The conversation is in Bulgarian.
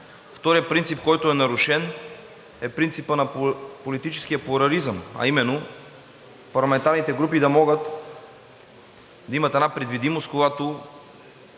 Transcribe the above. вторият принцип, който е нарушен, е принципът на политическия плурализъм, а именно парламентарните групи да могат да имат една предвидимост, когато